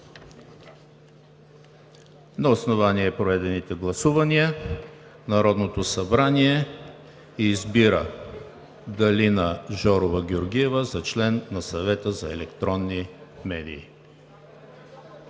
На основание проведените гласувания Народното събрание избира Галина Жорова Георгиева за член на Съвета за електронни медии.